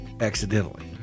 accidentally